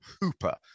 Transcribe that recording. Hooper